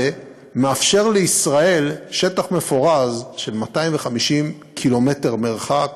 מאפשר לישראל שטח מפורז של 250 ק"מ מרחק,